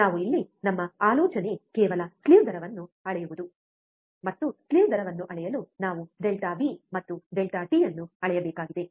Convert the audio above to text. ನಾವು ಇಲ್ಲಿ ನಮ್ಮ ಆಲೋಚನೆ ಕೇವಲ ಸ್ಲೀವ್ ದರವನ್ನು ಅಳೆಯುವುದು ಮತ್ತು ಸ್ಲೀವ್ ದರವನ್ನು ಅಳೆಯಲು ನಾವು ಡೆಲ್ಟಾ ವಿ ಮತ್ತು ಡೆಲ್ಟಾ ಟಿ ಅನ್ನು ಅಳೆಯಬೇಕಾಗಿದೆ